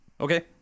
Okay